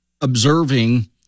observing